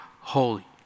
holy